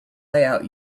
layout